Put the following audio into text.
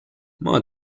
maa